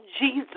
Jesus